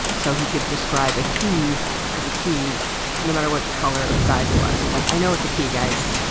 so he could describe a key as a key no matter what color or size it was. he's like, i know it's a key, guys.